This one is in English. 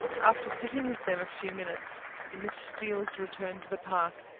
after sitting with them a few minutes, the miss steeles returned to the park,